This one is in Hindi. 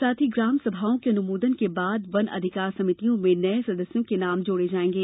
साथ ही ग्राम सभाओं के अनुमोदन के बाद वन अधिकार समितियों में नए सदस्यों के नाम जोड़े जाएंगे